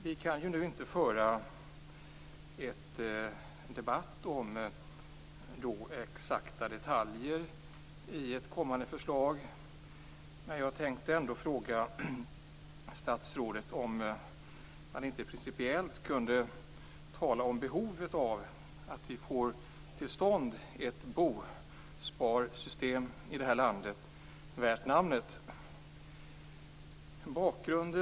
Vi kan nu inte föra en debatt om exakta detaljer i ett kommande förslag, men jag tänkte ändå fråga statsrådet om man inte principiellt kunde tala om behovet av att vi får till stånd ett bosparsystem värt namnet i detta land.